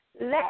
Let